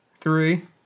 Three